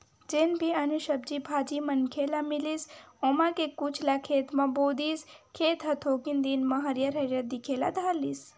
जेन भी अन्न, सब्जी भाजी मनखे ल मिलिस ओमा के कुछ ल खेत म बो दिस, खेत ह थोकिन दिन म हरियर हरियर दिखे ल धर लिस